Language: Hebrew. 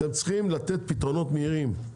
אתם צריכים לתת פתרונות מהירים.